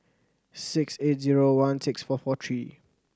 six eight zero one six four four three